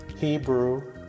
Hebrew